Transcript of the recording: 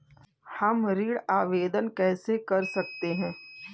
हम ऋण आवेदन कैसे कर सकते हैं?